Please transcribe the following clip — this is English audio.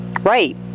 right